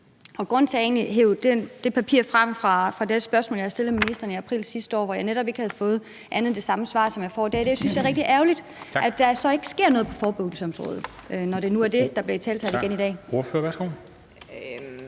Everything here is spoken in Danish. egentlig hev det papir frem med det spørgsmål, jeg har stillet ministeren i april sidste år, og hvor jeg netop ikke har fået andet end det samme svar, som jeg får i dag, er, at jeg synes, det er rigtig ærgerligt, at der så ikke sker noget på forebyggelsesområdet, når det nu er det, der bliver italesat igen i dag.